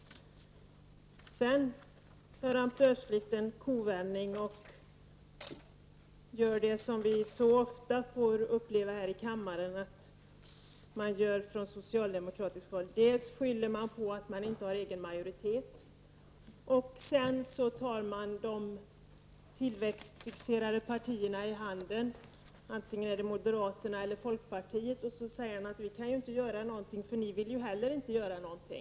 Men sedan gör han plötsligt en kovändning och gör något som vi mycket ofta får uppleva här i kammaren från socialdemokratiskt håll: Dels skyller man på att man inte har egen majoritet, dels tar man de tillväxtfixerade partierna i handen, moderaterna eller folkpartiet. Man säger: Vi kan inte göra något, för ni vill inte göra någonting.